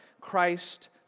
Christ